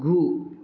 गु